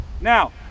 Now